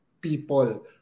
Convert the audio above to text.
people